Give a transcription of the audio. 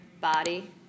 body